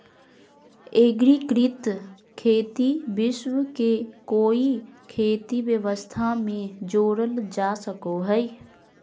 एग्रिकृत खेती विश्व के कोई खेती व्यवस्था में जोड़ल जा सको हइ